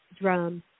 drum